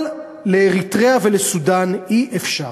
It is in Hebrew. אבל לאריתריאה ולסודאן אי-אפשר.